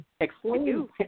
explain